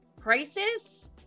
crisis